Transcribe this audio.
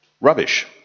rubbish